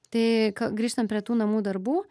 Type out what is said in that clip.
tai ka grįžtant prie tų namų darbų